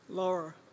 Laura